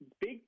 big